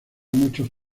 muchos